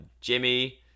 Jimmy